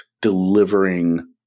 delivering